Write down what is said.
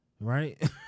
Right